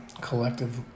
collective